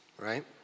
right